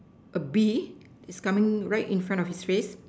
a bee is coming right in front of his face